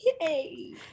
yay